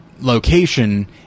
location